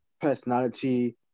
personality